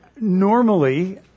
normally